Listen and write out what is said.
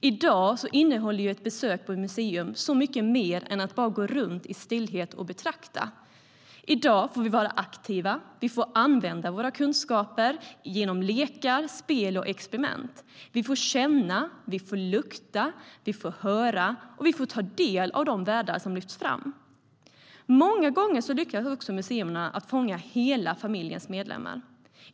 I dag innehåller ett besök på ett museum så mycket mer än att i stillhet bara gå runt och betrakta. I dag får vi vara aktiva och vi får använda våra kunskaper genom lekar, spel och experiment. Vi får känna, vi får lukta, vi får höra och vi får ta del av de världar som lyfts fram. Många gånger lyckas också museerna att fånga hela familjens medlemmar.